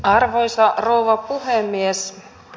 arvoisa rouva puhemies